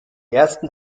ersten